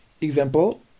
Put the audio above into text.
example